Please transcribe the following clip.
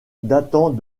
datant